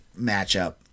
matchup